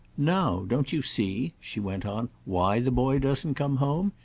now don't you see, she went on, why the boy doesn't come home?